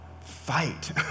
fight